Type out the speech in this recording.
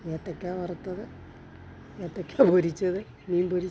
ഏത്തയ്ക്ക വറുത്തത് ഏത്തയ്ക്ക പൊരിച്ചത് മീൻ പൊരി